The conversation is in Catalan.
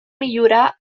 millorar